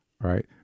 Right